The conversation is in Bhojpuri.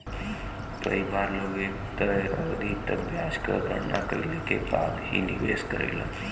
कई बार लोग एक तय अवधि तक ब्याज क गणना कइले के बाद ही निवेश करलन